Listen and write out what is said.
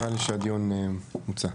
נראה לי שהדיון מוצה.